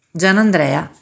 Gianandrea